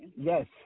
Yes